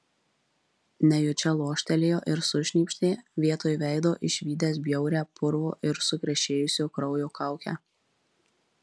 nejučia loštelėjo ir sušnypštė vietoj veido išvydęs bjaurią purvo ir sukrešėjusio kraujo kaukę